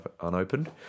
unopened